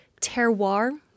terroir